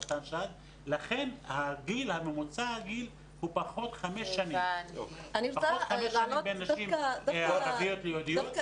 לכן ממוצע הגיל הוא פחות חמש שנים בין נשים ערביות ליהודיות,